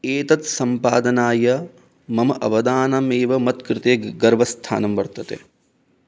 एतत् सम्पादनाय मम अवदानमेव मत् कृते ग् गर्वस्थानं वर्तते